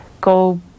go